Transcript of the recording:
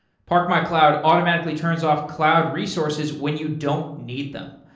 park my cloud automatically turns off cloud resources when you don't need them.